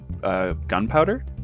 Gunpowder